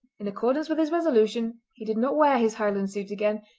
in accordance with his resolution he did not wear his highland suit again,